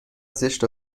زشت